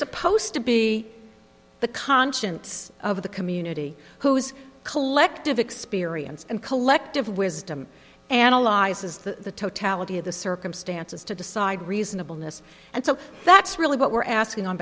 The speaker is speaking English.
supposed to be the conscience of the community who is collective experience and collective wisdom analyzes the totality of the circumstances to decide reasonableness and so that's really what we're asking on